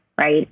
right